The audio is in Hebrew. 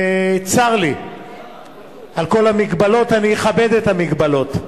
צר לי על כל המגבלות, אני אכבד את המגבלות,